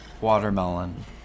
Watermelon